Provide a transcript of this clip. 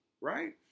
right